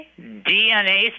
DNA